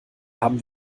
haben